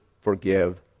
forgive